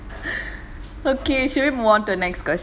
okay should we move on to the next question